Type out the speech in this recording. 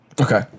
Okay